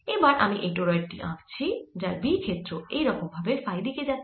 এবার আমি এই টোরয়েড টি আঁকছি যার B ক্ষেত্র এই রকম ভাবে ফাই দিকে যাচ্ছে